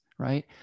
right